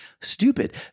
stupid